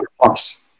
plus